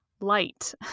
light